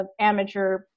amateur